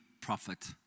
prophet